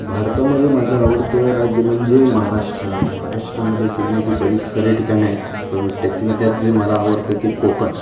भारतामध्ये माझं आवडतं राज्य म्हणजे महाराष्ट्र महाराष्ट्रामध्ये फिरण्याची बरीच सारी ठिकाणं आहेत पण त्यातल्या त्यात जे मला आवडतं ते कोकण